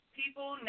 people